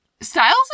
Styles